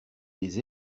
des